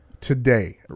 Today